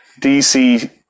DC